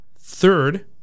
third